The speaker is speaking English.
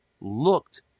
looked